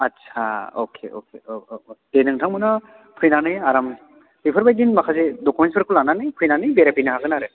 आदसा अके अके औ औ दे नोंथांमोना फैनानै आराम बेफोरबायदि माखासे डकुमेन्टफोरखौ लानानै फैनानै बेरायफैनो हागोन आरो